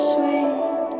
Sweet